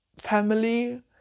family